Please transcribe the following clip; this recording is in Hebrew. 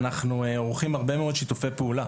אנחנו עורכים הרבה מאוד שיתופי פעולה,